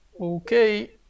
Okay